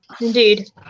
Indeed